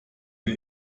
ihn